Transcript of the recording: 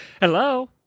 Hello